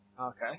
Okay